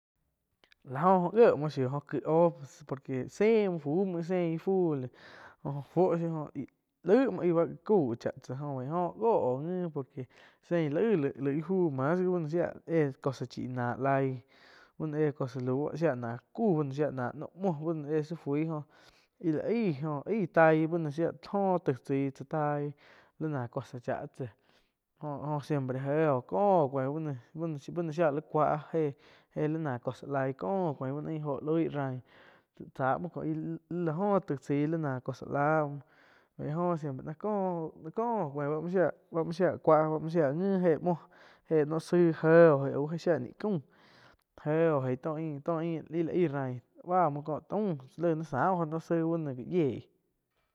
Láh óh jó gié muoh shiu oh kí oh por que sé muo fu muo sein íh fu loh jo fuo íh lau muoh ai bá cau chá tsá jó bai oh gó oh ngi por que sein laí, lai íh fu mas gi bá shía éh cosa chíh náh lái bu no éh cosa shia náh cu bá shia náh noh muo bu shía ná, éh sá fui jó íh la aih taí bu no shía oh tai chaih taíh lí náh cosa chá tsá jo-jo siempre éh oh kó oh cuain bá noh shía li cuáh éh-éh lí náh cosa laíh cóh oh cuain bá ain óho báh loih rain tsa muo íh-íh la góh taig chaí lí náh cosa láh muoh baíh oh siempre ná kó oh cuain ba no shia-ba no shia cuáh, ba no shía ngi éh muoh, éh noh zaig jéh oh lau shíah ní caum jé oh ein tó- to ain íh la aí rain bá muo ko taum laig naí záh oh noh zaig bú noh gá yieíh.